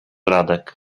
radek